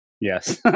Yes